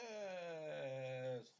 Yes